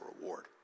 reward